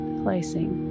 placing